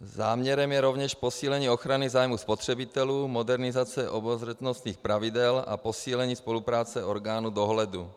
Záměrem je rovněž posílení ochrany zájmu spotřebitelů, modernizace obezřetnostních pravidel a posílení spolupráce orgánů dohledu.